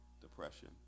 depression